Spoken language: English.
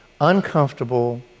uncomfortable